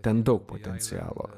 ten daug potencialo